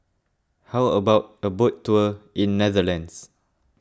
how about a boat tour in Netherlands